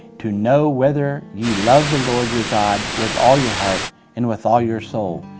to know whether ye love the lord your god with all your heart and with all your soul.